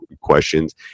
questions